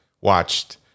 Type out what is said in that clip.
watched